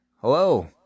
hello